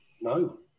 No